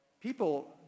people